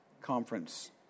Conference